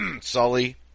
Sully